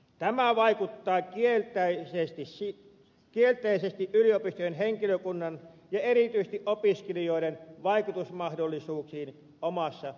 tämä vaikuttaa kielteisesti yliopistojen henkilökunnan ja erityisesti opiskelijoiden vaikutusmahdollisuuksiin omassa yhteisössään